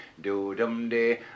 do-dum-dee